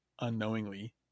unknowingly